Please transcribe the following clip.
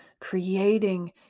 creating